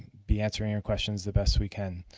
be answering your questions the best we can.